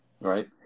Right